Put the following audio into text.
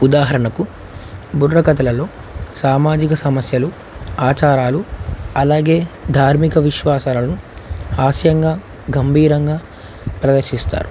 ఉదాహరణకు బుర్రకథలలో సామాజిక సమస్యలు ఆచారాలు అలాగే ధార్మిక విశ్వాసాలను హాస్యంగా గంభీరంగా ప్రదర్శిస్తారు